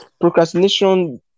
procrastination